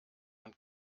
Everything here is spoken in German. man